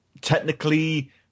technically